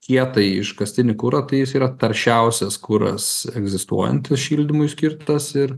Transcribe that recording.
kietąjį iškastinį kurą tai jis yra taršiausias kuras egzistuojantis šildymui skirtas ir